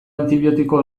antibiotiko